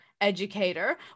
educator